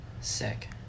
Sick